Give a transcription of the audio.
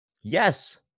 Yes